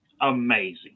Amazing